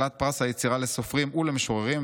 כלת פרס היצירה לסופרים ולמשוררים,